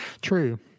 True